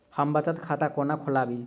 हम बचत खाता कोना खोलाबी?